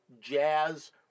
jazz